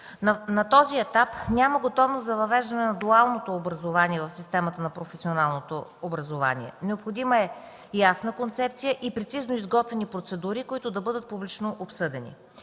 на този етап няма готовност за въвеждане на дуално обучение в системата на професионалното образование. Необходима е ясна концепция и прецизно изготвени процедури, които да бъдат публично обсъдени;